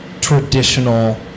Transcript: traditional